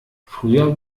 früher